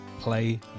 Play